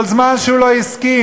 כל זמן שהוא לא הסכים